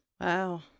Wow